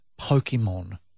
Pokemon